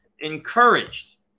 Encouraged